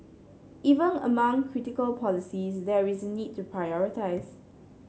even among critical policies there is a need to prioritise